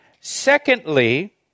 Secondly